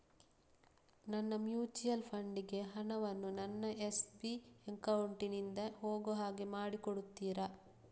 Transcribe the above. ನನ್ನ mutual fund ಗೆ ಹಣ ವನ್ನು ನನ್ನ ಎಸ್.ಬಿ ಅಕೌಂಟ್ ನಿಂದ ಹೋಗು ಹಾಗೆ ಮಾಡಿಕೊಡುತ್ತೀರಾ?